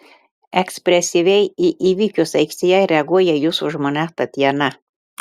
ekspresyviai į įvykius aikštėje reaguoja jūsų žmona tatjana